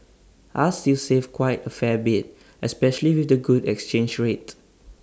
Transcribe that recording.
I'll still save quite A fair bit especially with the good exchange rate